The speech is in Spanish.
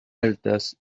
altas